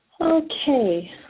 Okay